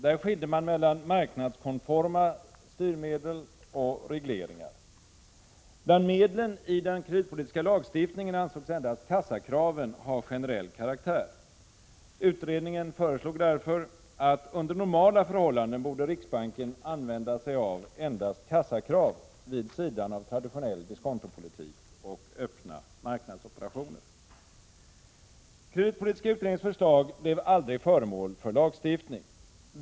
Där skilde man mellan marknadskonforma styrmedel och regleringar. Bland medlen i den kreditpolitiska lagstiftningen ansågs endast kassakraven ha generell karaktär. Utredningen föreslog därför att riksbanken under normala förhållanden borde använda sig av endast kassakrav vid sidan av traditionell diskontopolitik och öppna marknadsoperationer. Kreditpolitiska utredningens förslag blev aldrig föremål för lagstiftning.